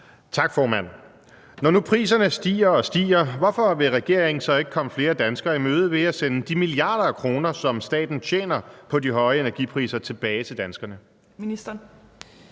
Tak, formand. Når nu priserne stiger og stiger, hvorfor vil regeringen så ikke komme flere danskere i møde ved at sende de milliarder af kroner, som staten tjener på de høje energipriser, tilbage til danskerne?